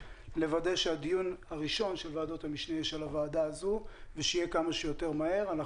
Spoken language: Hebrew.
וידא שהדיון הראשון של ועדת המשנה הזו יהיה כמה שיותר מהר.